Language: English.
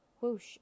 Whoosh